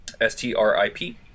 s-t-r-i-p